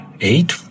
eight